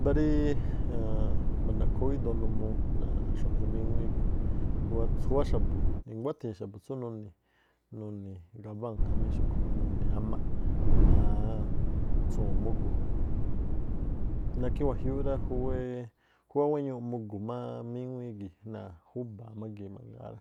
Mbáá ríí ma̱ndaꞌkhoo ú gíꞌdoo numuu náa̱ xuajin míŋuíí gii̱. Júwá xa̱bu̱ i̱nguáthii̱n xabu̱ tsú nuni̱ gabán jamí xúꞌkhu̱ má nuni̱ amaꞌ, jma̱a tsu̱wu̱u̱n mugu̱. Nákhí wajiúúꞌ rá khúwá wéñuuꞌ mugu̱ má míŋuíí gii̱ náa̱ júbaa̱ má gii̱ mangaa rá.